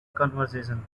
conversation